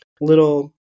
little